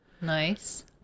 Nice